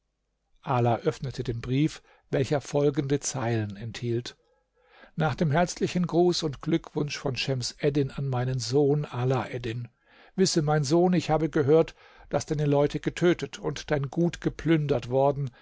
ala öffnete den brief welcher folgende zeilen enthielt nach dem herzlichen gruß und glückwunsch von schems eddin an meinen sohn ala eddin wisse mein sohn ich habe gehört daß deine leute getötet und dein gut geplündert worden